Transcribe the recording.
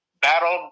battled